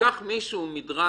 וניקח מישהו שהוא ממדרג